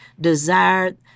desired